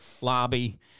lobby